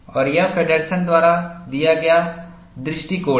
और यह फेडरसन द्वारा दिया गया दृष्टिकोण है